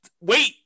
Wait